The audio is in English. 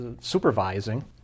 supervising